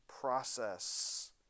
process